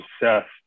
obsessed